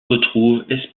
retrouve